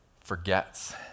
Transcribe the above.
forgets